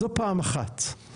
זה פעם אחת.